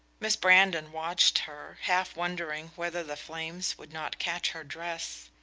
miss brandon watched her, half wondering whether the flames would not catch her dress.